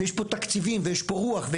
ויש פה תקציבים ויש פה רוח.